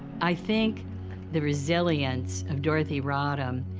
i think the resilience of dorothy rodham,